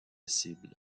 cibles